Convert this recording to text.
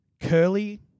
curly